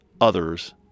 others